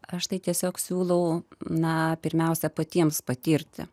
aš tai tiesiog siūlau na pirmiausia patiems patirti